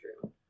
true